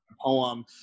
poem